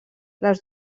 les